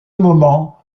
moment